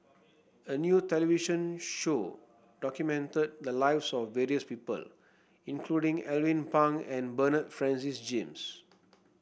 a new television show documented the lives of various people including Alvin Pang and Bernard Francis James